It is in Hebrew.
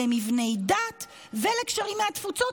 למבני דת ולקשרים עם התפוצות,